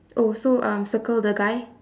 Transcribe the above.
oh so um circle the guy